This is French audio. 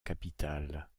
capitale